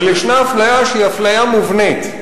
אבל ישנה אפליה שהיא אפליה מובנית,